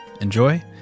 enjoy